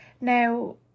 now